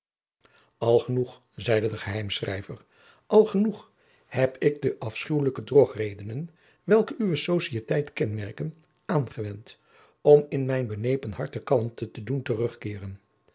al genoeg zeide de geheimschrijver al jacob van lennep de pleegzoon genoeg heb ik de afschuwelijke drogredenen welke uwe societeit kenmerken aangewend om in mijn benepen hart de kalmte te doen terugkeeren